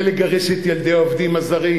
ולגרש את ילדי העובדים הזרים.